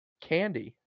candy